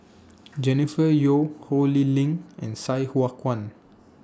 Jennifer Yeo Ho Lee Ling and Sai Hua Kuan